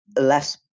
less